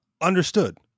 understood